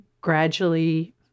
gradually